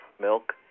milk